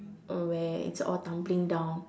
where it's all tumbling down